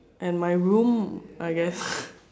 and my room I guess